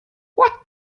what